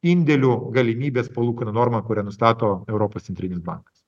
indėlių galimybės palūkanų norma kurią nustato europos centrinis bankas